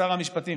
שר המשפטים,